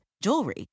jewelry